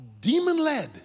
demon-led